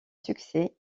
succès